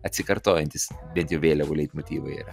atsikartojantys bent jau vėliavų leitmotyvai yra